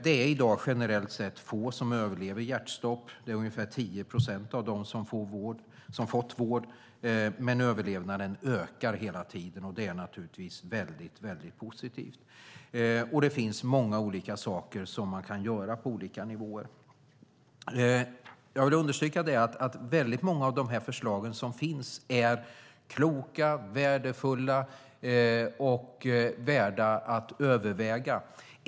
Det är i dag generellt sett få som överlever hjärtstopp - det är ungefär 10 procent av dem som fått vård. Men överlevnaden ökar hela tiden, och det är naturligtvis väldigt positivt. Det finns många saker som man kan göra på olika nivåer. Jag vill understryka att många av de förslag som finns är kloka, värdefulla och värda att överväga.